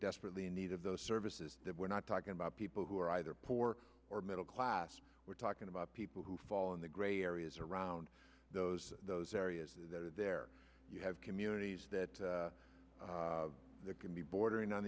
desperately in need of those services that we're not talking about people who are either poor or middle class we're talking about people who fall in the gray areas around those those areas that are there you have communities that can be bordering on